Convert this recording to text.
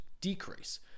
decrease